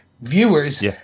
viewers